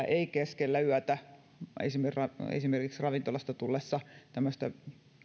ei keskellä yötä esimerkiksi ravintolasta tullessa tämmöistä